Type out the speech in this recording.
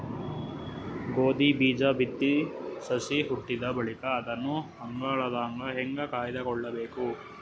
ಗೋಧಿ ಬೀಜ ಬಿತ್ತಿ ಸಸಿ ಹುಟ್ಟಿದ ಬಳಿಕ ಅದನ್ನು ಹಾಳಾಗದಂಗ ಹೇಂಗ ಕಾಯ್ದುಕೊಳಬೇಕು?